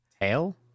Tail